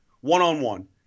one-on-one